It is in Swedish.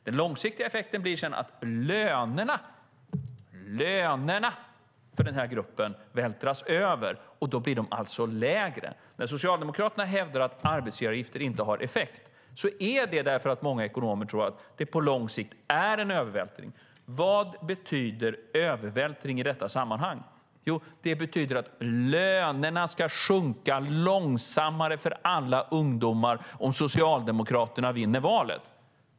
Den långsiktiga effekten blir att lönerna för gruppen vältras över, och då blir lönerna lägre. När Socialdemokraterna hävdar att sänkta arbetsgivaravgifter inte har effekt är det därför att många ekonomer tror att det på lång sikt är en övervältring. Vad betyder övervältring i detta sammanhang? Jo, det betyder att lönerna ska sjunka långsammare för alla ungdomar om Socialdemokraterna vinner valet.